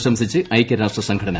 പ്രശംസിച്ച് ഐക്യരാഷ്ട്ര സംഘടന